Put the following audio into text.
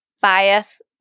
bias